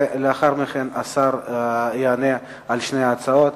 ולאחר מכן השר יענה על שתי ההצעות.